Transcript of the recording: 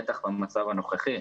בטח במצב הנוכחי.